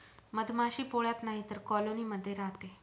मधमाशी पोळ्यात नाहीतर कॉलोनी मध्ये राहते